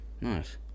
Nice